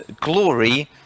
Glory